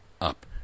up